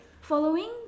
following